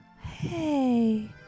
Hey